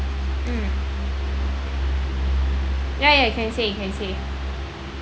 mm ya ya you can say you can say